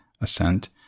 assent